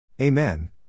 Amen